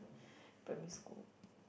primary school